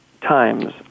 times